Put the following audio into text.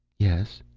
yes.